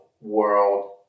world